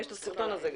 זו דוגמה.